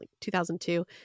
2002